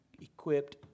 equipped